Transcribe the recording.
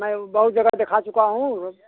मैं बहुत जगह दिखा चुका हूँ